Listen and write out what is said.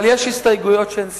אבל יש הסתייגויות שהן סבירות,